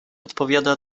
odpowiada